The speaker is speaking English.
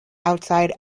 outside